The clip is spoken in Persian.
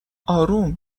اروم